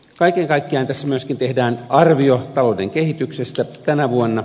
kaiken kaikkiaan tässä myöskin tehdään arvio talouden kehityksestä tänä vuonna